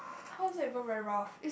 how's it even very rough